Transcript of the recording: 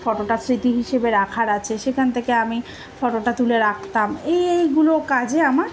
ফটোটা স্মৃতি হিসেবে রাখার আছে সেখান থেকে আমি ফটোটা তুলে রাখতাম এই এইগুলো কাজে আমার